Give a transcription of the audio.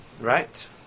Right